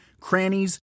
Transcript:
crannies